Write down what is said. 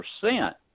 percent